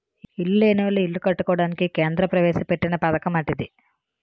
ఇల్లు లేనోళ్లు ఇల్లు కట్టుకోవడానికి కేంద్ర ప్రవేశపెట్టిన పధకమటిది